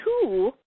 two